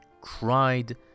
cried